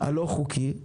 הלא חוקי,